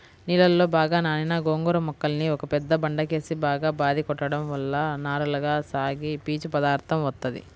నీళ్ళలో బాగా నానిన గోంగూర మొక్కల్ని ఒక పెద్ద బండకేసి బాగా బాది కొట్టడం వల్ల నారలగా సాగి పీచు పదార్దం వత్తది